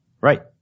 Right